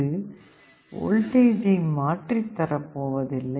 இது வோல்டேஜ் மாற்றி தரப்போவதில்லை